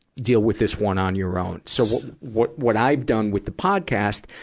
deal with this one on your own. so, what, what i've done with the podcast,